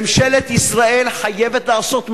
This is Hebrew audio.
ממשלת ישראל חייבת לעשות מעשה,